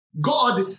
God